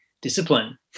discipline